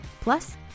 Plus